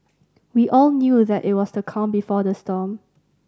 we all knew that it was the calm before the storm